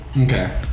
Okay